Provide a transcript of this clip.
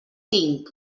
tinc